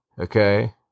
okay